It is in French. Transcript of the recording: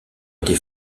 était